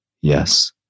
yes